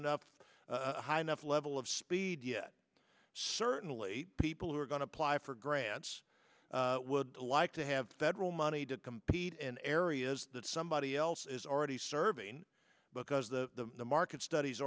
enough a high enough level of speed yet certainly people who are going to apply for grants would like to have federal money to compete in areas that somebody else is already serving because the market studies